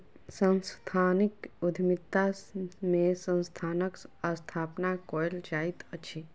सांस्थानिक उद्यमिता में संस्थानक स्थापना कयल जाइत अछि